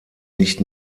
nicht